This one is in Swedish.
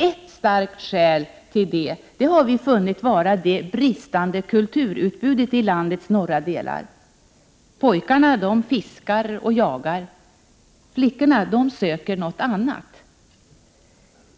Ett starkt skäl till detta har vi funnit vara det bristande kulturutbudet i landets norra delar. Pojkarna fiskar och jagar, flickorna söker något annat.